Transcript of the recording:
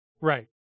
right